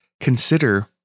consider